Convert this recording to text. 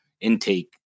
intake